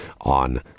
on